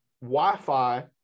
Wi-Fi